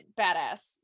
badass